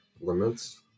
limits